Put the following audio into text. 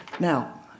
Now